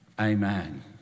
amen